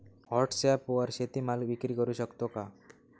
व्हॉटसॲपवर शेती माल विक्री करु शकतो का?